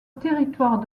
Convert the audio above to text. territoire